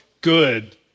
good